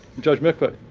judge mikva,